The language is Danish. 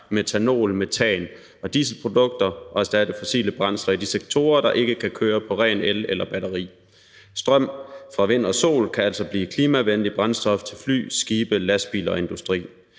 metanol, metan og dieselprodukter og erstatte fossile brændsler i de sektorer, der ikke kan køre på ren el eller batteri. Strøm fra vind og sol kan altså blive klimavenligt brændstof til fly, skibe, lastbiler og industri.